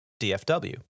DFW